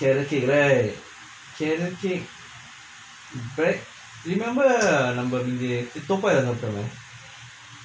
charity right charity break~ remember நம்ம மிந்தி:namma minthi toa payoh leh சாப்ட்டோமேsaapttomae